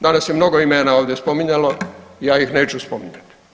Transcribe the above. Danas se mnogo imena ovdje spominjalo, ja ih neću spominjati.